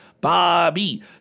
Bobby